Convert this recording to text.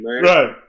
Right